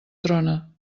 trona